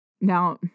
Now